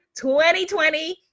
2020